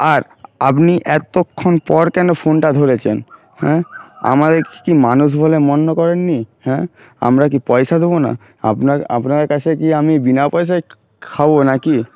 আর আপনি এতক্ষণ পর কেন ফোনটা ধরেছেনে হ্যাঁ আমাদের কি মানুষ বলে গন্য করেন নি হ্যাঁ আমরা কি পয়সা দেবো না আপনার আপনারা কাছে কি আমি বিনা পয়সায় খাবো নাকি